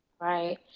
Right